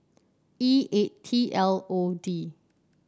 E eight T L O D